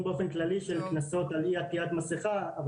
באופן כללי של קנסות על אי עטיית מסכה,